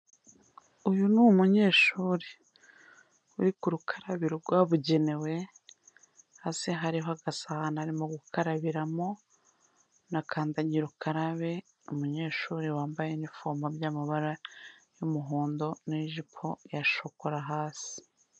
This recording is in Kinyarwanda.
Uyu ni umunyeshuri uri ku rukarabiro rwabugenewe, hasi hariho agasahani arimo gukarabiramo, na kandagira ukarabe, umunyeshuri wambaye inifomu y'amabara y'umuhondo, n'ijipo ya shokora hasi.